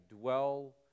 dwell